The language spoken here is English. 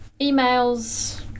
emails